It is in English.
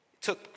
took